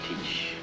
teach